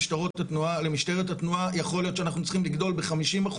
ביחס למשטרת התנועה יכול להיות שאנחנו צריכים לגדול ב-50%